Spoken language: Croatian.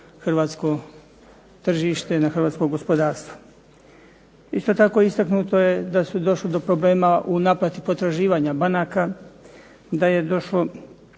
hrvatsko tržište, na hrvatsko gospodarstvo. Isto tako istaknuto je da je došlo do problema u naplati potraživanja banaka, da je došlo